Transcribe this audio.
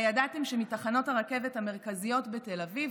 הידעתם שמתחנות הרכבת המרכזיות בתל אביב,